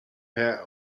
pair